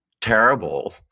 terrible